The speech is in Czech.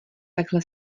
takhle